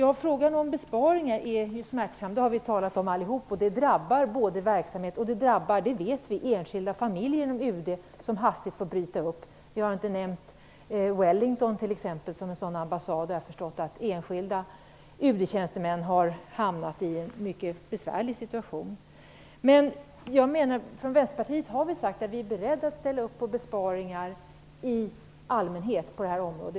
Frågan om besparingar, som vi alla har talat om, är smärtsam, och vi vet att de drabbar enskilda familjer inom UD, som hastigt får bryta upp. Här har t.ex. inte nämnts ambassaden i Wellington, där såvitt jag har förstått enskilda UD-tjänstemän har hamnat i en mycket besvärlig situation. Vi har från Vänsterpartiet sagt att vi allmänt är beredda att ställa oss bakom besparingar på detta område.